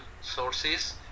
sources